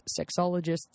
sexologists